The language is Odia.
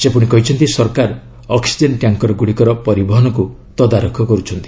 ସେ କହିଛନ୍ତି ସରକାର ଅକ୍ସିଜେନ୍ ଟ୍ୟାଙ୍କର ଗୁଡ଼ିକର ପରିବହନକୁ ତଦାରଖ କରୁଛନ୍ତି